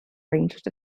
ranged